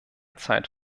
zeit